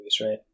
right